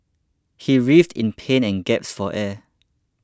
he writhed in pain and gasped for air